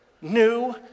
new